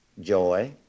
joy